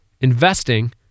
Investing